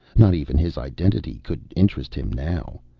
not even his identity could interest him now.